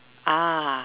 ah